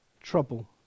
trouble